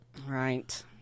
Right